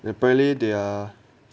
apparently their